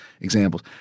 examples